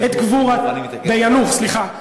את גבורת, השוטר, ביאנוח, סליחה.